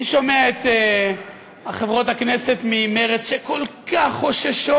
אני שומע את חברות הכנסת ממרצ, שכל כך חוששות,